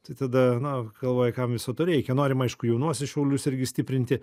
tai tada na galvoji kam viso to reikia norim aišku jaunuosius šaulius irgi stiprinti